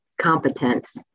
competence